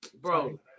Bro